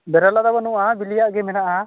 ᱵᱮᱨᱮᱞᱟᱜ ᱫᱚ ᱵᱟᱹᱱᱩᱜᱼᱟ ᱵᱤᱞᱤᱭᱟᱜ ᱜᱮ ᱢᱮᱱᱟᱜᱼᱟ